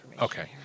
Okay